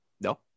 No